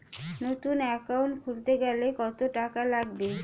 নতুন একাউন্ট খুলতে গেলে কত টাকা লাগবে?